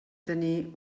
tenir